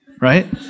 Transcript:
right